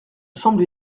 semble